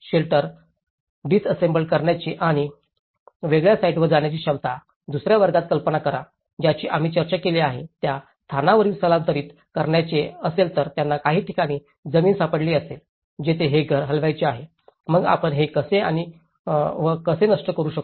shelter disassemble करण्याची आणि वेगळ्या साइटवर जाण्याची क्षमता दुसर्या वर्गात कल्पना करा ज्याची आम्ही चर्चा केली आहे त्या स्थानावरील स्थानांतरित करायचे असेल तर त्यांना काही ठिकाणी जमीन सापडली असेल तेथे हे घर हलवायचे आहे मग आपण हे कसे व कसे नष्ट करू शकतो